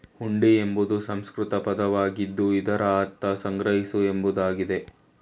ಹುಂಡಿ ಎಂಬುದು ಸಂಸ್ಕೃತ ಪದವಾಗಿದ್ದು ಇದರ ಅರ್ಥ ಸಂಗ್ರಹಿಸು ಎಂಬುದಾಗಿದೆ